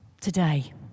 today